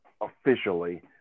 officially